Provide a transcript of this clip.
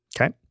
okay